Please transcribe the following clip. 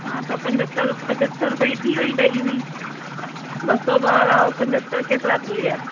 हा त पंजतरि पंजतरि रुपये जी थी वेई ॾही बि ॿ सौ ॿारहां ऐं पंजहतरि केतिरा थी विया